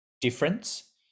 difference